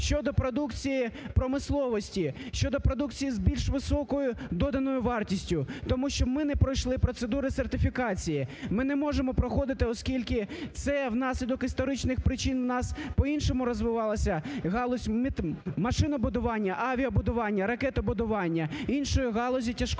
щодо продукції промисловості, щодо продукції з більш високою доданою вартістю, тому що ми не пройшли процедури сертифікації ми не можемо проходити, оскільки це в наслідок історичних причин у нас по-іншому розвивалась галузь машинобудування, авіабудування, ракетобудування іншої галузі тяжкої